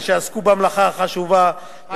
על שעסקו במלאכה החשובה,